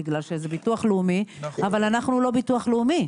בגלל שזה ביטוח לאומי, אבל אנחנו לא ביטוח לאומי.